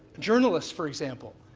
journalists, for example,